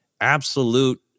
absolute